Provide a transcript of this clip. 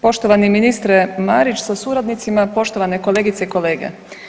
Poštovani ministre Marić sa suradnicima, poštovane kolegice i kolege.